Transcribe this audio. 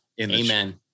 Amen